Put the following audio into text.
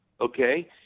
okay